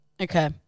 Okay